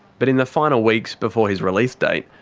but in the final weeks before his release date,